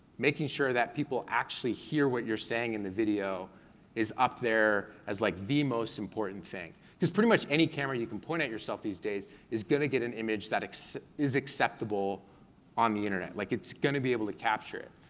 making sure that people actually hear what you're saying in the video is up there as like the most important thing. cause pretty much any camera you can point at yourself these days is gonna get an image that is acceptable on the internet. like it's gonna be able to capture it.